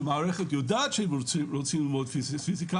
שהמערכת יודעת שהם רוצים ללמוד פיזיקה